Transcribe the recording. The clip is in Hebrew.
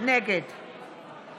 נגד חוה